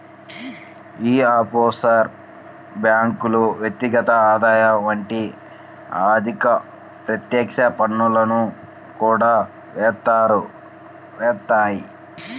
యీ ఆఫ్షోర్ బ్యేంకులు వ్యక్తిగత ఆదాయం వంటి అధిక ప్రత్యక్ష పన్నులను కూడా యేత్తాయి